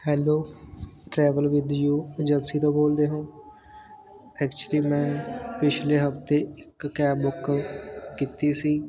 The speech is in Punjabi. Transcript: hello travel with you agency ਤੋਂ ਬੋਲਦੇ ਹੋ ਐਕਚੁਲੀ ਮੈਂ ਪਿਛਲੇ ਹਫਤੇ ਇੱਕ ਕੈਬ ਬੁੱਕ ਕੀਤੀ ਸੀ